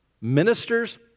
ministers